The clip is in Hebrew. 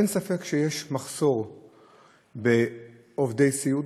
אין ספק שיש מחסור בעובדי סיעוד,